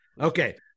Okay